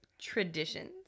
traditions